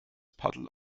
paddel